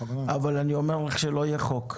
אבל אני אומר לך שלא יהיה חוק.